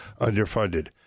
underfunded